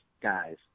guys